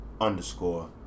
underscore